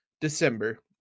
December